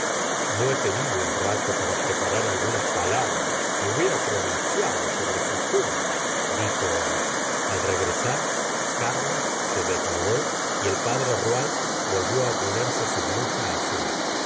no he tenido un rato para preparar algunas palabras que hubiera pronunciado sobre su tumba di jo homais al regresar carlos se desnudó y el padre rouault volvió á ponerse su blusa azul